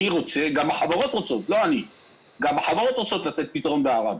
אני וגם החברות רוצים לתת פתרון בעראבה.